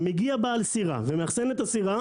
מגיע בעל סירה ומאחסן את הסירה